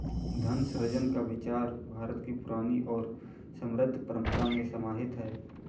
धन सृजन का विचार भारत की पुरानी और समृद्ध परम्परा में समाहित है